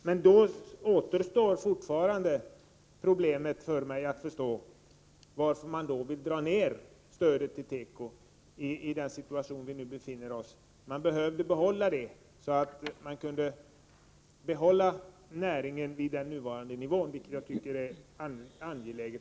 Men då kvarstår fortfarande problemet för mig att förstå varför utskottet vill dra ner stödet till tekoindustrin i den situation där vi befinner oss. Vi behöver behålla stödet, så att vi kan behålla näringen på den nuvarande nivån, vilket jag tycker är angeläget.